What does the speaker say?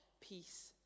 peace